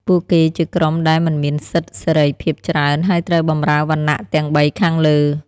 ពួកគេជាក្រុមដែលមិនមានសិទ្ធិសេរីភាពច្រើន ហើយត្រូវបម្រើវណ្ណៈទាំងបីខាងលើ។